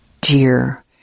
dear